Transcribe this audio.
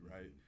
right